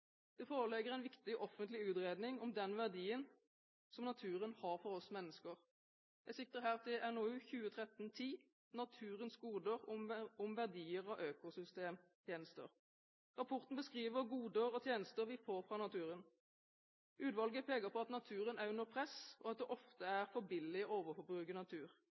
Det foreligger en viktig offentlig utredning om den verdien naturen har for oss mennesker. Jeg sikter her til NOU 2013:10 Naturens goder – om verdier av økosystemtjenester. Rapporten beskriver goder og tjenester vi får fra naturen. Utvalget peker på at naturen er under press, og at det ofte er for billig å overforbruke natur.